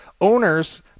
owners